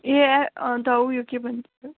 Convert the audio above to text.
ए आ अन्त उयो के भन्छ